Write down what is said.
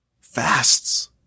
fasts